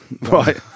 right